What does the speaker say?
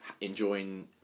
enjoying